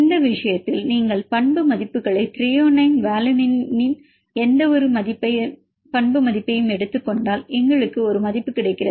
இந்த விஷயத்தில் நீங்கள் பண்பு மதிப்புகளை த்ரோயோனைன் வாலினின் எந்தவொரு பண்பு மதிப்பையும் எடுத்துக் கொண்டால் எங்களுக்கு ஒரு மதிப்பு கிடைக்கிறது